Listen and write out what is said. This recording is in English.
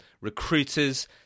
recruiters